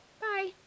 bye